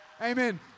Amen